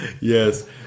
yes